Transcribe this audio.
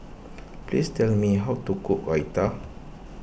please tell me how to cook Raita